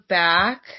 back